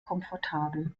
komfortabel